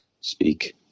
speak